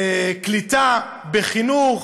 בקליטה, בחינוך,